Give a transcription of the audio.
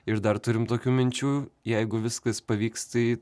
ir dar turim tokių minčių jeigu viskas pavyks tai